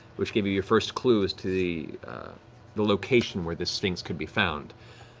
which gave you your first clue as to the the location where this sphinx could be found.